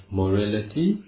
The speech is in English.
morality